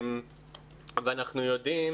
ואנחנו יודעים